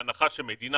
בהנחה שמדינה,